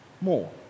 more